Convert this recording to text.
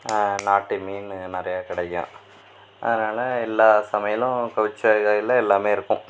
நாட்டு மீன் நிறையா கிடைக்கும் அதனாள் எல்லா சமையலும் கவுச்சு வகையில் எல்லாமே இருக்கும்